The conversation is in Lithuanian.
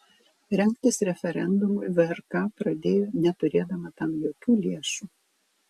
rengtis referendumui vrk pradėjo neturėdama tam jokių lėšų